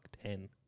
ten